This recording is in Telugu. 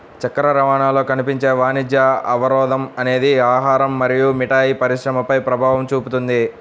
చక్కెర రవాణాలో కనిపించే వాణిజ్య అవరోధం అనేది ఆహారం మరియు మిఠాయి పరిశ్రమపై ప్రభావం చూపుతుంది